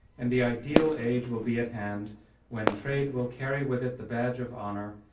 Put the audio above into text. and the ideal age will be at hand when trade will carry with it the badge of honor,